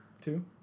Two